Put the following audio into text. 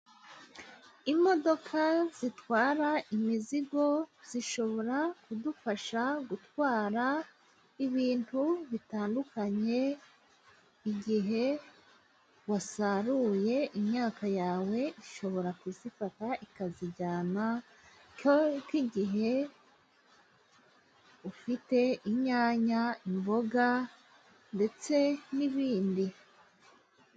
Imodoka zitwara imizigo zishobora kudufasha gutwara ibintu bitandukanye, igihe wasaruye imyaka yawe, ishobora kuzifata ikazijyana, cyangwa nk'igihe ufite inyanya, imboga ndetse n'ibindi.